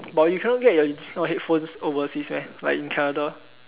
but you cannot get your this kind of headphones overseas meh like in Canada